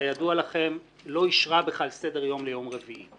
כידוע לכם, לא אישרה בכלל סדר יום ליום רביעי.